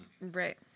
Right